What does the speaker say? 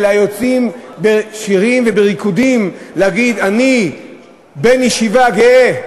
אלא יוצאים בשירים ובריקודים להגיד: אני בן ישיבה גאה.